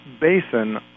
basin